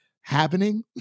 happening